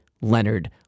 Leonard